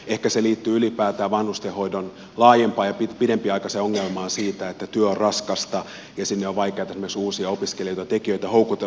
ehkä se liittyy ylipäätään vanhustenhoidon laajempaan ja pidempiaikaiseen ongelmaan siitä että työ on raskasta ja sinne on vaikeata esimerkiksi uusia opiskelijoita ja tekijöitä houkutella